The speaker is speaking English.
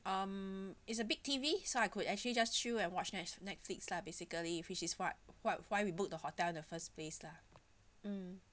um is a big T_V so I could actually just chill and watch net Netflix lah basically which is what what why we book the hotel in the first place lah mm